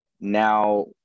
Now